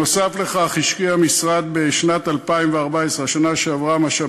נוסף על כך השקיע המשרד בשנת 2014 משאבים